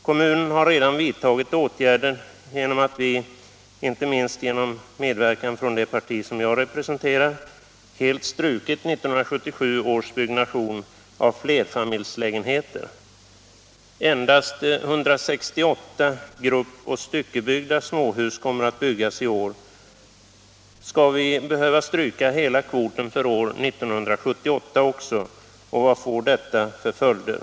Kommunen har redan vidtagit åtgärder genom att vi — inte minst genom medverkan från det parti jag representerar — helt strukit 1977 års byggnation av flerfamiljslägenheter. Endast 168 gruppoch styckebyggda småhus kommer att byggas i år. Skall vi behöva stryka hela kvoten för år 1978 också — och vad får detta för följder?